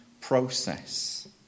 process